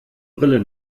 brille